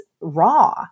raw